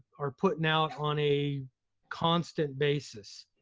are puttin' out on a constant basis?